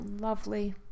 lovely